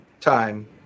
time